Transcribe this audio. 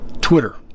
Twitter